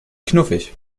knuffig